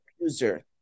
user